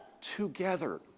together